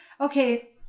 okay